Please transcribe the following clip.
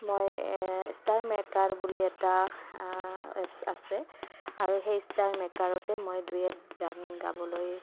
মই star maker বুলি এটা এপছ আছে আৰু সেই ষ্টাৰ মেকাৰতে মই ডুৱেট গান গাবলৈ